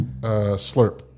Slurp